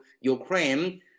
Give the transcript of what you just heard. Ukraine